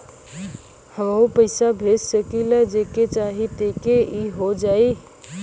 हमहू पैसा भेज सकीला जेके चाही तोके ई हो जाई?